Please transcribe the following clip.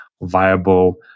Viable